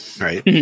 Right